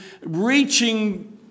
reaching